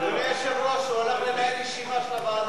האם אתה רואה בבשורה לצרכנים משום מגילת איכה?